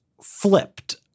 flipped